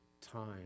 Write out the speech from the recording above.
time